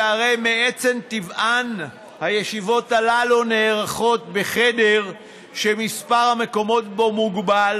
שהרי מעצם טבען הישיבות הללו נערכות בחדר שמספר המקומות בו מוגבל,